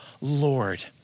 Lord